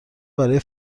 برای